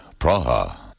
Praha